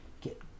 get